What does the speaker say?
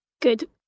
Good